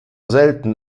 selten